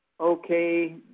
Okay